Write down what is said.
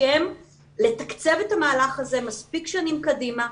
מכם לתקצב את המהלך הזה מספיק שנים קדימה,